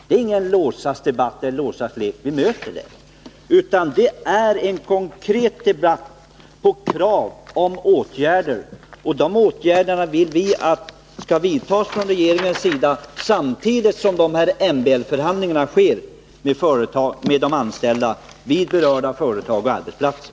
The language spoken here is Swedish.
Det är ingen låtsasdebatt eller låtsaslek vi möter där, utan det är en konkret debatt med krav på åtgärder, och de åtgärderna vill vi skall vidtas från regeringens sida samtidigt som MBL-förhandlingar pågår med de anställda vid berörda företag och arbetsplatser.